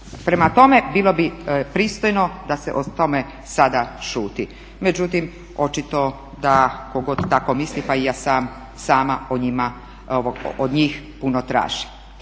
Prema tome, bilo bi pristojno da se o tome sada šuti, međutim očito da tko god tako misli pa i ja sama od njih puno tražim.